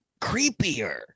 creepier